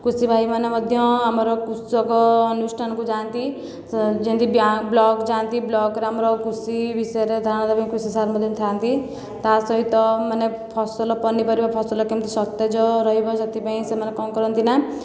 କୃଷି ଭାଇମାନେ ମଧ୍ୟ ଆମର କୃଷକ ଅନୁଷ୍ଠାନକୁ ଯାଆନ୍ତି ଯେମିତି ବ୍ଲକ ଯାଆନ୍ତି ବ୍ଲକରେ ଆମର କୃଷି ବିଷୟରେ ଧାରଣା ଦେବା ପାଇଁ କୃଷି ସାର୍ ମଧ୍ୟ ଥାନ୍ତି ତା' ସହିତ ମାନେ ଫସଲ ପନିପରିବା ଫସଲ କେମିତି ସତେଜ ରହିବ ସେଥିପାଇଁ ସେମାନେ କଣ କରନ୍ତି ନା